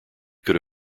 could